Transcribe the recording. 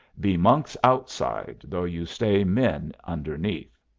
be monks outside, though you stay men underneath.